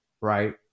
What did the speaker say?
right